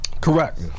correct